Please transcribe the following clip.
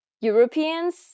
Europeans